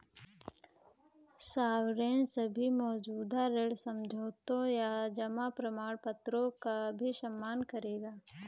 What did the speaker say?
sovereign सभी मौजूदा ऋण समझौतों या जमा प्रमाणपत्रों का भी सम्मान करेगा